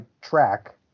track